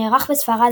שנערך בספרד,